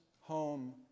home